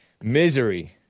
Misery